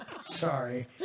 sorry